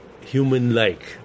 human-like